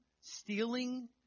Stealing